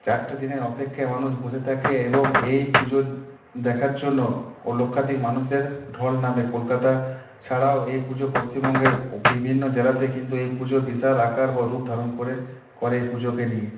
চারটে দিনের অপেক্ষায় মানুষ বসে থাকে এবং এই পুজো দেখার জন্য ও লক্ষাধিক মানুষের ঢল নামে কলকাতা ছাড়াও এ পুজো পশ্চিমবঙ্গের বিভিন্ন জেলাতে কিন্তু এই পুজো বিশাল আকার বা রূপ ধারণ করে করে এ পুজোকে নিয়ে